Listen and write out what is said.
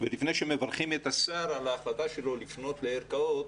ולפני שמברכים את השר על ההחלטה שלו לפנות לערכאות,